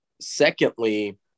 Secondly